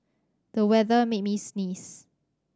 the weather made me sneeze